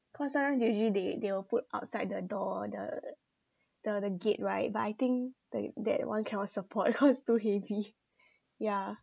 cause now usually they they will put outside the door the the the gate right but I think that that one cannot support cause too heavy yeah